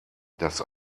das